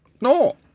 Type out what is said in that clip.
No